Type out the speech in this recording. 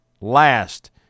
last